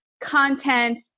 content